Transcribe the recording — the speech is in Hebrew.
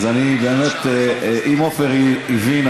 אז אם עפר הבין,